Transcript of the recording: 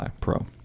Pro